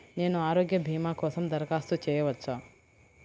నేను ఆరోగ్య భీమా కోసం దరఖాస్తు చేయవచ్చా?